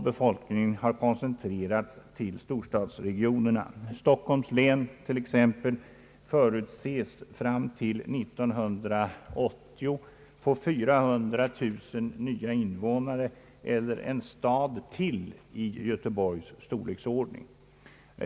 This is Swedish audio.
Befolkningen har koncentrerats till storstadsregionerna. Stockholms län t.ex. förutses fram till 1980 få 400000 nya invånare — eller en stad till av Göteborgs storleksordning.